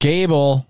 Gable